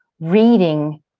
reading